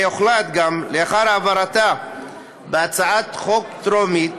והוחלט כי לאחר העברתה בהצבעה טרומית,